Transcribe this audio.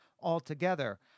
altogether